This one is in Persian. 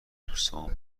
دوستامون